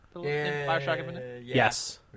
yes